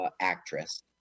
actress